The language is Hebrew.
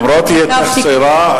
למרות היותך צעירה,